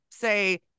say